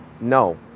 No